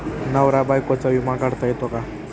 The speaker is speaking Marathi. नवरा बायकोचा विमा काढता येतो का?